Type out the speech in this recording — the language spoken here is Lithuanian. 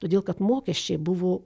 todėl kad mokesčiai buvo